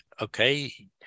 okay